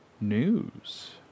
news